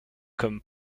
comme